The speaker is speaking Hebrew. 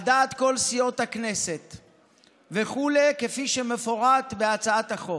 על דעת כל סיעות הכנסת וכו' כפי שמפורט בהצעת החוק.